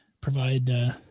provide